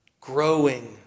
growing